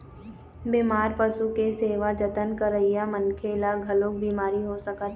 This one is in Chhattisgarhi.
बेमार पशु के सेवा जतन करइया मनखे ल घलोक बिमारी हो सकत हे